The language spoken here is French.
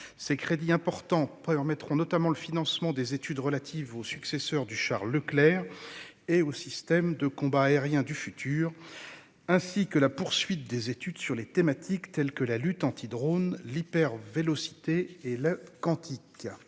Ces crédits importants permettront, notamment, le financement des études relatives au successeur du char Leclerc et au système de combat aérien du futur, ainsi que la poursuite des études sur les thématiques comme la lutte anti-drones, l'hypervélocité et le quantique.